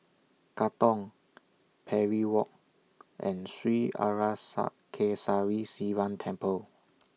Katong Parry Walk and Sri Arasakesari Sivan Temple